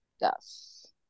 Yes